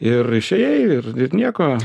ir išėjai ir ir nieko